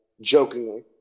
jokingly